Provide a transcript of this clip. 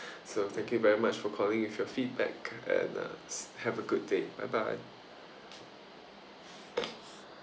so thank you very much for calling with your feedback and uh have a good day bye bye